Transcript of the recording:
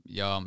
ja